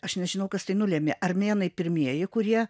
aš nežinau kas tai nulėmė armėnai pirmieji kurie